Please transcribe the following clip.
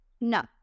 no